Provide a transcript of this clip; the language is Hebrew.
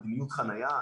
מדיניות חניה,